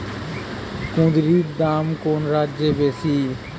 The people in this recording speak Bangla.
কুঁদরীর দাম কোন রাজ্যে বেশি?